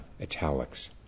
italics